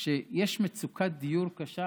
שיש מצוקת דיור קשה